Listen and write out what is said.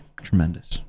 tremendous